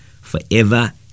forever